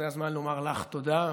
זה הזמן לומר לך תודה,